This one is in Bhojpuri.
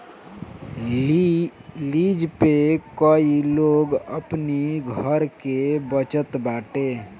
लिज पे कई लोग अपनी घर के बचत बाटे